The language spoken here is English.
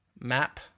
map